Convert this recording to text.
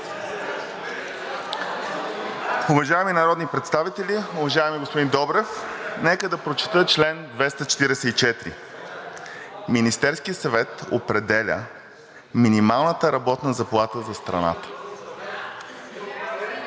Уважаеми народни представители! Уважаеми господин Добрев, нека да прочета чл. 244: „Министерският съвет определя минималната работна заплата за страната“,